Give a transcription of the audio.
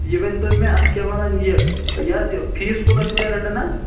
یہِ ؤنۍ تو مےٚ اَتھ کیاہ وَنان یہِ یہِ حظ یہِ فیٖس کوٗتاہ چھُ تُہۍ رَٹان حظ